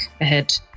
ahead